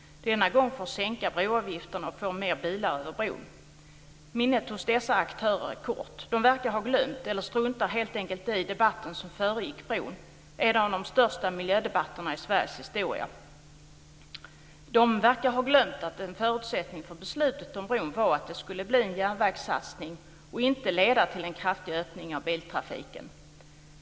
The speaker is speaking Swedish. Denna gång för att sänka broavgiften och få fler bilar över bron. Minnet hos dessa aktörer är kort. De verkar ha glömt eller struntar helt enkelt i den debatt som föregick bron. Det var en av de största miljödebatterna i Sveriges historia. De verkar ha glömt att en förutsättning för beslutet om bron var att det skulle bli en järnvägssatsning och inte leda till en kraftig ökning av biltrafiken.